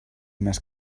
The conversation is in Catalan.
més